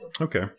Okay